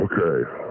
Okay